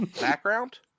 background